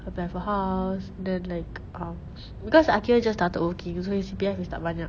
apply for house then like um because aqil just started working so his C_P_F is tak banyak